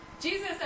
Jesus